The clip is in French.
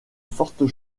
fortes